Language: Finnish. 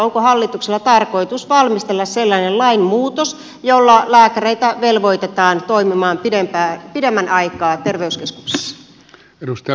onko hallituksella tarkoitus valmistella sellainen lainmuutos jolla lääkäreitä velvoitetaan toimimaan pidemmän aikaa terveyskeskuksissa